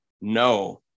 No